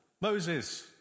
Moses